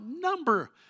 number